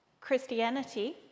Christianity